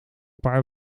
paar